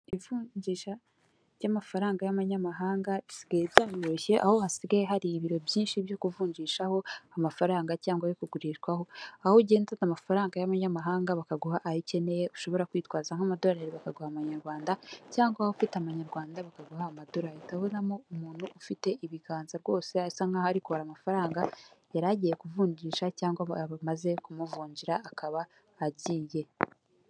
Ivunjisha ry'amafaranga y'abanyamahanga bisigaye byoroshye aho hasigaye hari ibiro byinshi byo kuvunjishaho amafaranga cyangwa yo kugurirwaho ,aho ugenda amafaranga y'abanyamahanga bakaguha ayo ikeneye ushobora kwitwaza nk'amadolari bakaguha amanyarwanda cyangwa ufite amanyarwanda bakaguha amadolari ,ndabonamo umuntu ufite ibiganza rwose asa nkaho ari kubara amafaranga yari agiye kuvunjisha cyangwa bamaze kumuvunjira akaba agiye.